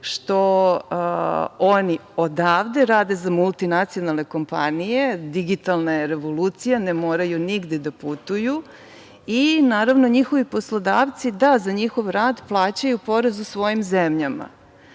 što oni odavde rade za multinacionalne kompanije, digitalna je revolucija, ne moraju nigde da putuju i, naravno, njihovi poslodavci, da, za njihov rad plaćaju porez u svojim zemljama